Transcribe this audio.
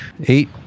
Eight